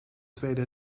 tweede